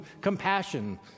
compassion